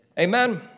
Amen